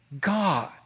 God